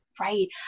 right